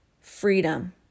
freedom